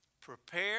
Prepare